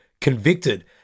convicted